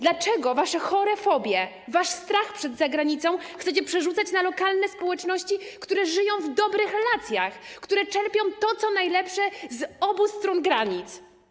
Dlaczego wasze chore fobie, wasz strach przed zagranicą chcecie przerzucać na lokalne społeczności, które żyją w dobrych relacjach, które czerpią to, co najlepsze z obu stron granic?